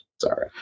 Sorry